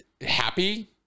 happy